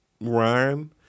Ryan